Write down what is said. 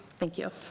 thank you.